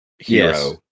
hero